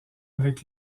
avec